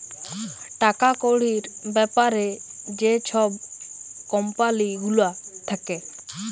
টাকা কড়ির ব্যাপারে যে ছব কম্পালি গুলা থ্যাকে